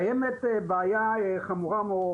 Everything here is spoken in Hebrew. קיימת בעיה חמורה מאוד,